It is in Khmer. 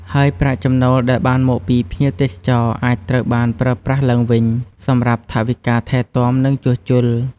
ហើយប្រាក់ចំណូលដែលបានមកពីភ្ញៀវទេសចរអាចត្រូវបានប្រើប្រាស់ឡើងវិញសម្រាប់ថវិកាថែទាំ និងជួសជុល។